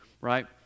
Right